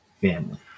family